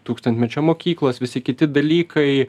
tūkstantmečio mokyklos visi kiti dalykai